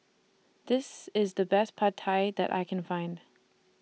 This IS The Best Pad Thai that I Can Find